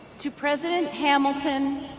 to president hamilton,